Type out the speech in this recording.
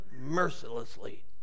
mercilessly